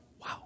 Wow